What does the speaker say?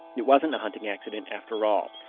it wasn't a hunting accident, after all.